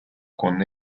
con